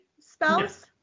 Spouse